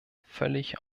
völlig